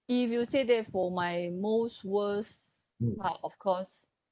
if you say that's for my most worst part of course